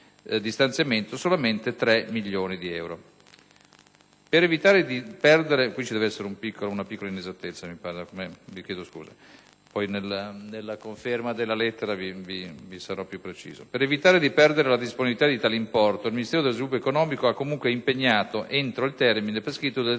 Per evitare di perdere la disponibilità di tale importo, il Ministero dello sviluppo economico l'ha comunque impegnato entro il termine prescritto del 31